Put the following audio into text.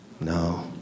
No